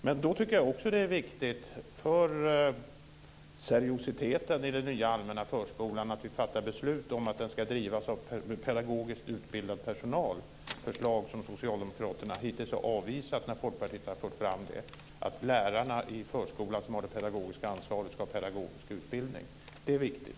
Men då tycker jag också att det är viktigt för seriositeten i den nya allmänna förskolan att vi fattar beslut om att den ska drivas av pedagogiskt utbildad personal, ett förslag som socialdemokraterna hittills har avvisat när Folkpartiet har fört fram att lärarna i förskolan som har det pedagogiska ansvaret ska ha pedagogisk utbildning. Det är viktigt.